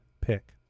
pick